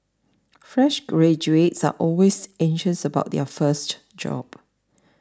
fresh graduates are always anxious about their first job